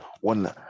one